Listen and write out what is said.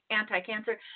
anti-cancer